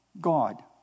God